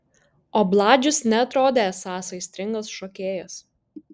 o bladžius neatrodė esąs aistringas šokėjas